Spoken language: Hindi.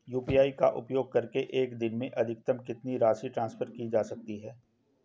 यू.पी.आई का उपयोग करके एक दिन में अधिकतम कितनी राशि ट्रांसफर की जा सकती है?